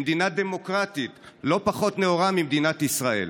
במדינה דמוקרטית לא פחות נאורה ממדינת ישראל.